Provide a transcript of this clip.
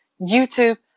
YouTube